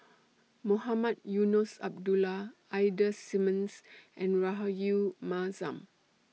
Mohamed Eunos Abdullah Ida Simmons and Rahayu Mahzam